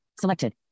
Selected